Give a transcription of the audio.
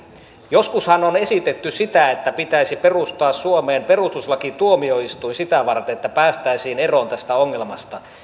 joskushan on esitetty sitä että pitäisi perustaa suomeen perustuslakituomioistuin sitä varten että päästäisiin eroon tästä ongelmasta